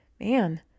man